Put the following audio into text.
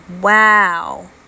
wow